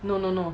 no no no